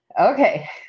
Okay